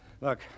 Look